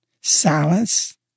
Silence